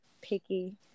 picky